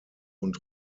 und